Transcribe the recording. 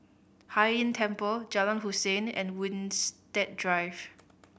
Hai Inn Temple Jalan Hussein and Winstedt Drive